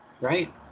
right